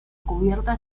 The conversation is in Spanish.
cubierta